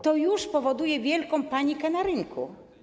To już powoduje wielką panikę na rynku.